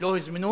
לא הוזמנו.